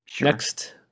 Next